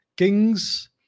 kings